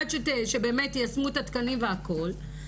עד שבאמת יישמו את התקנים והכל,